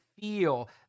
feel